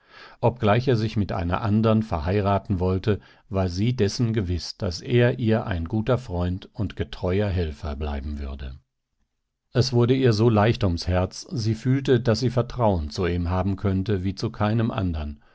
obgleich er sich mit einer andern verheiraten wollte war sie dessen gewiß daß er ihr ein guter freund und getreuer helfer bleiben würde es wurde ihr so leicht ums herz sie fühlte daß sie vertrauen zu ihm haben könnte wie zu keinem andern